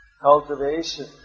cultivation